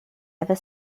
ever